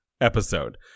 episode